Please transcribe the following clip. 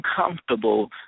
uncomfortable